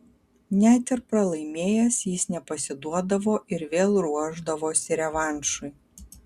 net ir pralaimėjęs jis nepasiduodavo ir vėl ruošdavosi revanšui